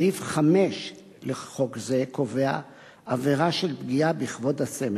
סעיף 5 לחוק זה קובע עבירה של פגיעה בכבוד הסמל.